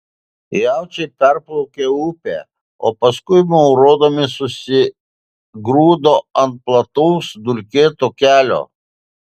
jaučiai perplaukė upę o paskui maurodami susigrūdo ant plataus dulkėto kelio